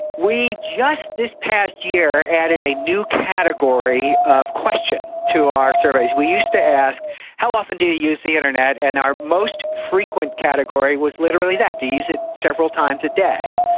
we just this past year added a new category of question to our surveys. we used to ask how often do you use the internet, and our most frequent category was literally that do you use it several times a day,